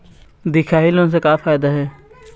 दिखाही लोन से का फायदा हे?